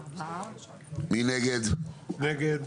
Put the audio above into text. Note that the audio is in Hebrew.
הצבעה בעד, 4 נגד, 6 נמנעים,